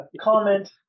comment